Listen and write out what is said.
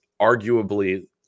arguably